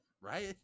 Right